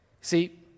See